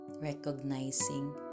recognizing